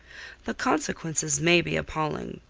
the consequences may be appalling.